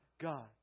God